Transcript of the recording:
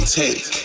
take